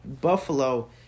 Buffalo